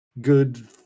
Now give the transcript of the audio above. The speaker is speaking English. good